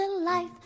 life